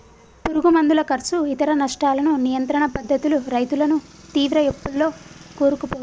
పురుగు మందుల కర్సు ఇతర నష్టాలను నియంత్రణ పద్ధతులు రైతులను తీవ్ర అప్పుల్లో కూరుకుపోయాయి